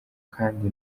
kandi